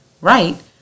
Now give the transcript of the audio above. right